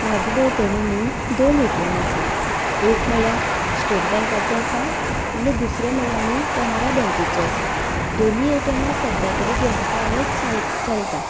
म्हजे भोंवतणी न्हय दोन ए टी एम आसात एक म्हणल्यार स्टेट बँकाचें आसा आनी दुसरें म्हणल्यार न्हय कॅनरा बँकेचें आसा दोनूय ए टी एमां सद्यां तरी ट्वेंटी फोर अवर्स चल चलता